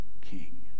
king